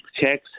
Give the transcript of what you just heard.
checks